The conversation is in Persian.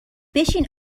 بشین